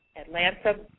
Atlanta